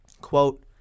Quote